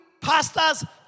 pastors